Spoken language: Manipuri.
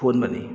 ꯊꯣꯛꯍꯟꯕꯅꯤ